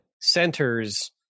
centers